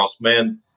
man